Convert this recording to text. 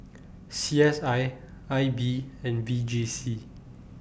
C S I I B and V J C